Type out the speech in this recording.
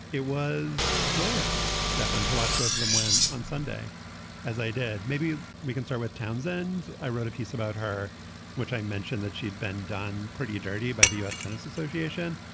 it was joyous stefan to watch both of them win on sunday as i did. maybe we can start with townsend. i wrote a piece about her which i mentioned that she'd been done pretty dirty by the u s. tennis association.